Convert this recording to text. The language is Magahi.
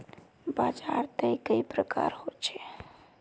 बाजार त कई प्रकार होचे?